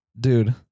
dude